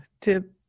tip